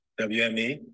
WME